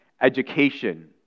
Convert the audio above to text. education